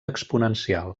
exponencial